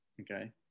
okay